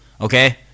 Okay